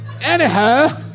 Anyhow